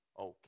Okay